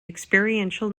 experiential